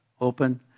open